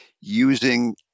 using